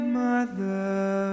mother